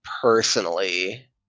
personally